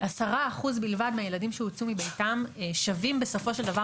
10% בלבד מהילדים שהוצאו מביתם שבים בסופו של דבר